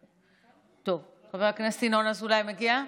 טוב, חבר הכנסת ינון אזולאי מגיע?